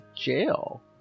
jail